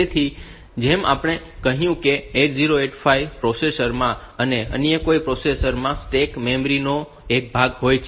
તેથી જેમ આપણે કહ્યું છે કે 8085 પ્રોસેસર માં અને અન્ય કોઈપણ પ્રોસેસર માં સ્ટેક મેમરી નો એક ભાગ હોય છે